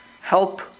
help